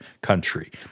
country